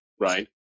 right